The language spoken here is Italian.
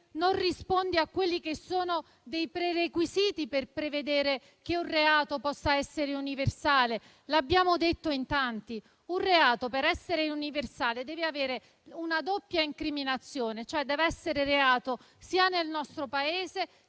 non risponde ai prerequisiti per prevedere che un reato possa essere universale. L'abbiamo detto in tanti: un reato, per essere universale, deve avere una doppia incriminazione, cioè deve essere reato sia nel nostro Paese